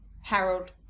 Harold